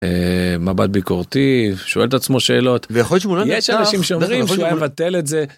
מבט ביקורתי, שואל את עצמו שאלות, יש אנשים שאומרים שהוא היה מבטל את זה.